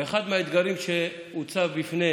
ואחד האתגרים שהוצבו בפני